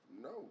no